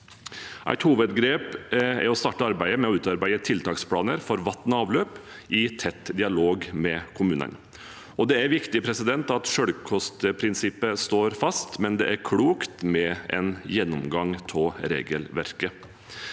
Et hovedgrep er å starte arbeidet med å utarbeide tiltaksplaner for vann og avløp i tett dialog med kommunene. Det er viktig at selvkostprinsippet står fast, men det er klokt med en gjennomgang av regelverket.